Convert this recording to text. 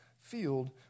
field